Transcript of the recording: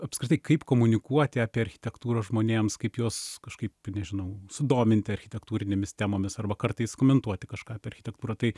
apskritai kaip komunikuoti apie architektūrą žmonėms kaip juos kažkaip nežinau sudominti architektūrinėmis temomis arba kartais komentuoti kažką apie architektūrą tai